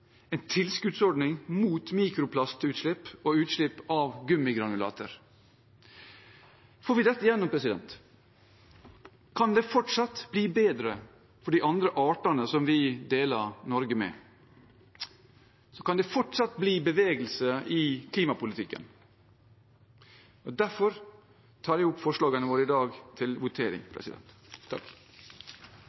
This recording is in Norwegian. en tilskuddsordning mot mikroplastutslipp og utslipp av gummigranulater Får vi dette gjennom, kan det fortsatt bli bedre for de andre artene som vi deler Norge med, og det kan fortsatt bli bevegelse i klimapolitikken. Derfor tar jeg opp Miljøpartiet De Grønnes forslag til votering.